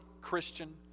Christian